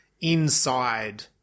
inside